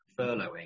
furloughing